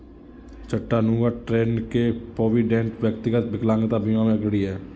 Chattanooga, Tenn के Provident, व्यक्तिगत विकलांगता बीमा में अग्रणी हैं